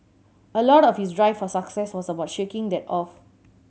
a lot of his drive for success was about shaking that off